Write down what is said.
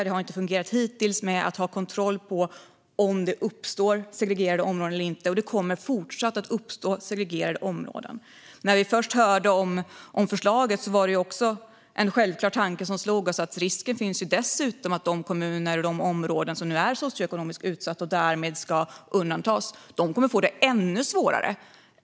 Det har inte fungerat hittills att ha kontroll på om det uppstår segregerade områden eller inte, och det kommer att fortsätta att uppstå segregerade områden. När vi först hörde om förslaget var det en självklar tanke som slog oss: Det finns dessutom en risk att de kommuner och områden som nu är socioekonomiskt utsatta och som därmed ska undantas kommer att få det ännu svårare.